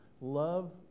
Love